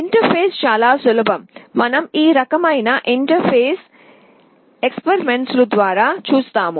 interface చాలా సులభం మేము ఈ రకమైన ఇంటర్ఫేస్ ప్రయోగాలను తరువాత చూస్తాము